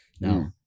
now